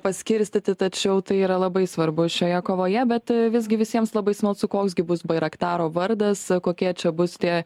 paskirstyti tačiau tai yra labai svarbu šioje kovoje bet visgi visiems labai smalsu koks gi bus bairaktaro vardas kokie čia bus tie